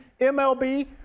MLB